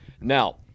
Now